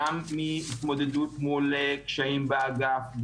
גם מהתמודדות מול קשיים באגף,